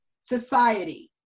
society